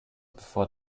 bevor